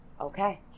Okay